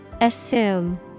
Assume